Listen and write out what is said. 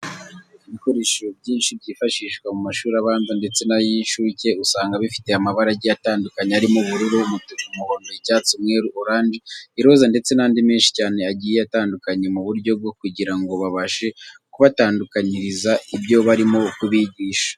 Ibikoresho byinshi byifashishwa mu mashuri abanza ndetse n'ay'inshuke usanga bifite amabara agiye atandukanye arimo ubururu, umutuku, umuhondo, icyatsi, umweru, oranje, iroza ndetse n'andi menshi cyane agiye atandukanye mu buryo bwo kugira ngo babashe kubatandukanyiriza ibyo barimo kubigisha.